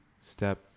step